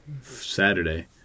saturday